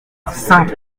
cinq